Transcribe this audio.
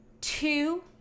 two